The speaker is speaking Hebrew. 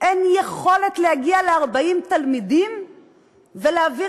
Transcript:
אין יכולת להגיע ל-40 תלמידים ולהעביר